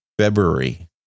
february